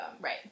Right